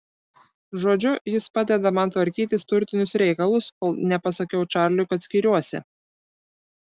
žodžiu jis padeda man tvarkytis turtinius reikalus kol nepasakiau čarliui kad skiriuosi